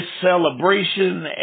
celebration